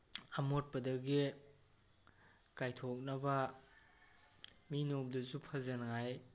ꯑꯃꯣꯠꯄꯗꯒꯤ ꯀꯥꯏꯊꯣꯛꯅꯕ ꯃꯤꯅ ꯎꯕꯗꯁꯨ ꯐꯖꯅꯉꯥꯏ